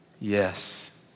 Yes